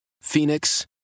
Phoenix